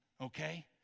okay